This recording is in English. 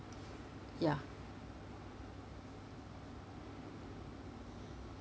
ya